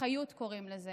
אחיוּת, קוראים לזה.